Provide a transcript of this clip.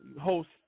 host